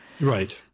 Right